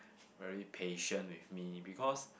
very patient with me because